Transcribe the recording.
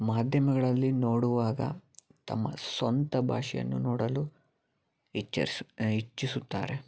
ಮಾಧ್ಯಮಗಳಲ್ಲಿ ನೋಡುವಾಗ ತಮ್ಮ ಸ್ವಂತ ಭಾಷೆಯನ್ನು ನೋಡಲು ಇಚ್ಛಿಸು ಇಚ್ಛಿಸುತ್ತಾರೆ